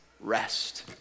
rest